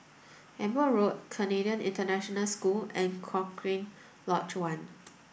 Amber Road Canadian International School and Cochrane Lodge One